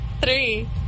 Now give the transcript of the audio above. three